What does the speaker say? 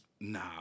Nah